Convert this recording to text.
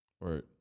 Right